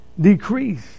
decrease